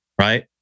right